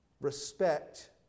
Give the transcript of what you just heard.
Respect